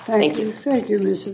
thank you thank you loose